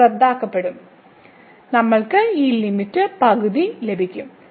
ഇത് റദ്ദാക്കപ്പെടും നമ്മൾക്ക് ഈ ലിമിറ്റ് പകുതി ലഭിക്കും